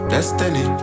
Destiny